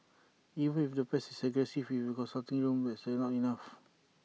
even if the pet is aggressive in the consulting room that's not enough